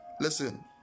Listen